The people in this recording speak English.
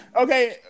okay